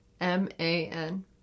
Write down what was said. M-A-N